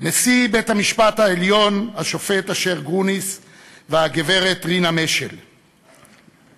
נשיא בית-המשפט העליון השופט אשר גרוניס והגברת רינה משל גרוניס,